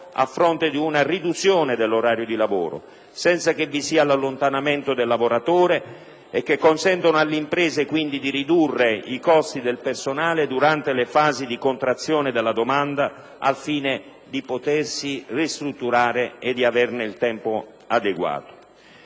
a fronte di una riduzione dell'orario di lavoro, senza che vi sia l'allontanamento del lavoratore, e devono consentire alle imprese di ridurre i costi del personale durante le fasi di contrazione della domanda, al fine di potersi ristrutturare in un periodo di tempo adeguato.